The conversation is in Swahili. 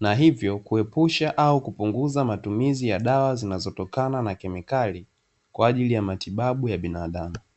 na hivyo kuepusha au kupunguza matumizi ya dawa zinazotokana na kemikali kwa ajili ya matibabu ya binadamu.